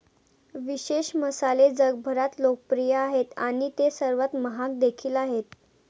विशेष मसाले जगभरात लोकप्रिय आहेत आणि ते सर्वात महाग देखील आहेत